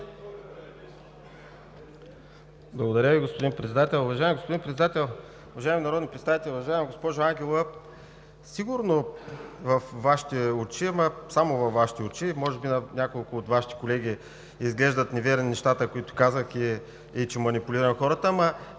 Уважаеми господин Председател, уважаеми народни представители! Уважаема госпожо Ангелова, сигурно във Вашите очи, но само във Вашите очи, може би и на няколко от Вашите колеги, изглеждат неверни нещата, които казах и че манипулирам хората, но